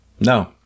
no